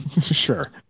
Sure